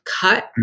cut